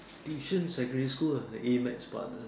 Yishun secondary school ah the A maths part lah